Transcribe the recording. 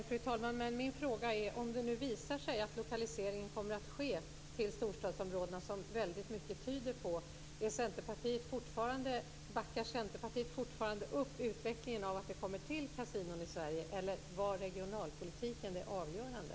Fru talman! Om det visar sig att lokaliseringen kommer att ske till storstadsområdena - mycket tyder på det - backar Centerpartiet fortfarande upp utvecklingen av kasinon i Sverige? Var regionalpolitiken avgörande?